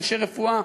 אנשי רפואה,